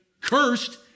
cursed